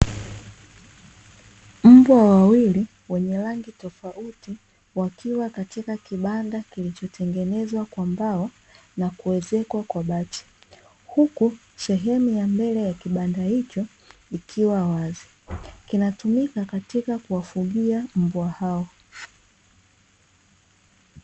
Mbwa wawili wenye rangi tofauti wakiwa katika kibanda kilichotengenezwa kwa mbao na kuezekwa kwa bati, huku sehemu ya mbele ya kibanda hicho ikiwa wazi, kinatumika katika kuwafugia mbwa hao.